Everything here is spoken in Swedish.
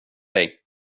dig